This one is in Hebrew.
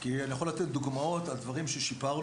כי אני יכול לתת דוגמאות על דברים ששיפרנו,